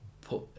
put